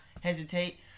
hesitate